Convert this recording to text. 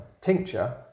tincture